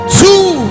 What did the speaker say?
two